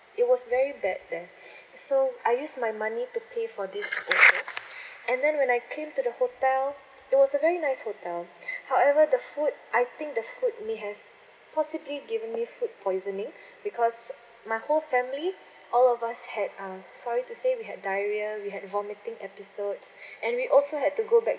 it was very bad there so I use my money to pay for this also and then when I came to the hotel it was a very nice hotel however the food I think the food may have possibly given me food poisoning because my whole family all of us had uh sorry to say we had diarrhea we had vomiting episodes and we also had to go